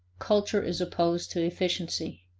culture is opposed to efficiency.